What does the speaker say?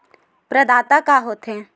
प्रदाता का हो थे?